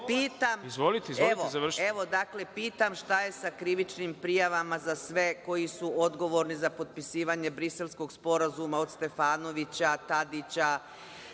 Dakle, pitam – šta je sa krivičnim prijavama za sve koji su odgovorni za potpisivanje Briselskog sporazuma, od Stefanovića, Tadića,